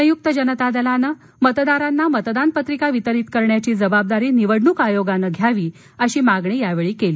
संयुक्त जनता दलानं मतदारांना मतदान पत्रिका वितरीत करण्याची जबाबदारी निवडणूक आयोगानं घ्यावी अशी मागणी केली